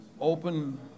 Open